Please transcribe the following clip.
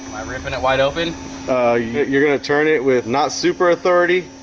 i'm ripping it wide open you're gonna turn it with not super authority,